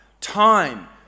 Time